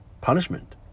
punishment